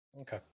okay